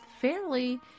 fairly